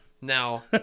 now